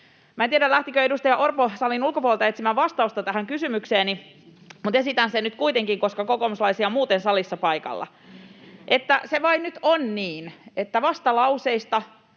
En tiedä, lähtikö edustaja Orpo salin ulkopuolelta etsimään vastausta tähän kysymykseeni, mutta esitän sen nyt kuitenkin, koska kokoomuslaisia on muuten salissa paikalla. Se vain nyt on niin, että vastalauseista